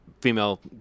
female